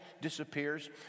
disappears